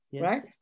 Right